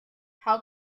how